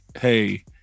hey